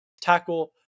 tackle